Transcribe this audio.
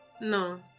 No